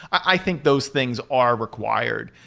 i think those things are required,